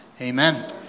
Amen